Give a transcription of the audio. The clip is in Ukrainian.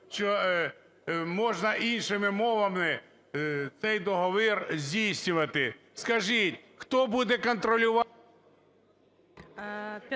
Що можна іншими мовами цей договір здійснювати. Скажіть, хто буде контролювати…